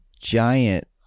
giant